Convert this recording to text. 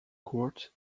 court